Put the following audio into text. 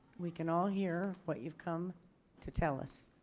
we can all hear what you've come to tell us.